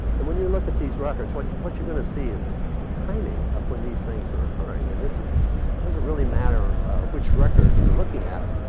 and when you look at these records, what you're gonna see is the timing of when these things are occurring. and this is, it doesn't really matter which record you're looking at,